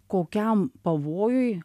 kokiam pavojui